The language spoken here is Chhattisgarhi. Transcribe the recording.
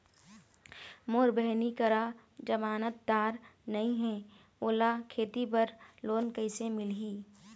मोर बहिनी करा जमानतदार नई हे, ओला खेती बर लोन कइसे मिलही?